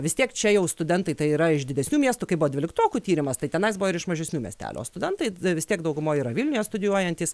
vis tiek čia jau studentai tai yra iš didesnių miestų kai buvo dvyliktokų tyrimas tai tenais buvo ir iš mažesnių miestelių o studentai vis tiek daugumoj yra vilniuje studijuojantys